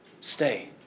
Stay